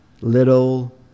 little